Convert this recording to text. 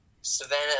Savannah